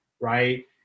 right